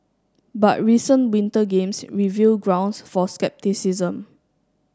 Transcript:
but recent Winter Games reveal grounds for scepticism